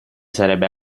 sarebbe